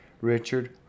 Richard